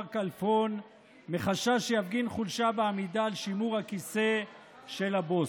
כלפון מחשש שיפגין חולשה בעמידה על שימור הכיסא של הבוס.